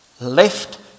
left